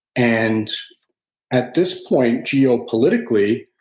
and at this point geopolitically,